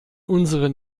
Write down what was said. unseren